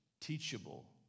teachable